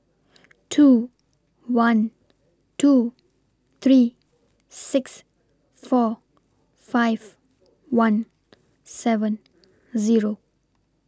two one two three six four five one seven Zero